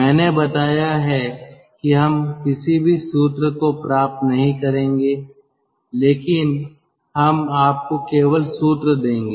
मैंने बताया है कि हम किसी भी सूत्र को प्राप्त नहीं करेंगे लेकिन हम आपको केवल सूत्र देंगे